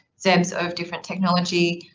zebs of different technology.